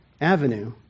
avenue